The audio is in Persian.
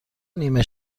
نیمه